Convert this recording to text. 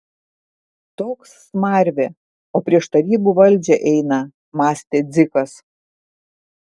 toks smarvė o prieš tarybų valdžią eina mąstė dzikas